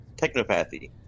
technopathy